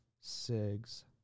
cigs